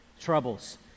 troubles